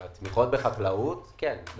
על התמיכות בחקלאות כן.